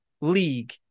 league